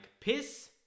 piss